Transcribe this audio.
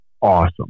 awesome